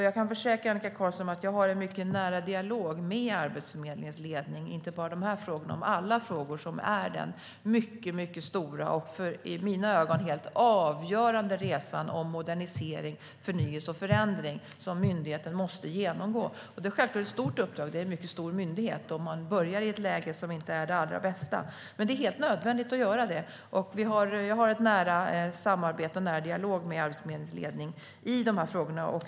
Jag kan försäkra Annika Qarlsson att jag har en mycket nära dialog med Arbetsförmedlingens ledning, inte bara i de här frågorna utan i alla frågor som gäller den viktiga och i mina ögon helt avgörande förnyelse och förändring som myndigheten måste genomgå. Det är självklart ett stort uppdrag. Det är en mycket stor myndighet, och man börjar i ett läge som inte är det allra bästa. Men det är helt nödvändigt. Jag har ett nära samarbete och en nära dialog med Arbetsförmedlingens ledning i de här frågorna.